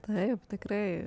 taip tikrai